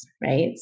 right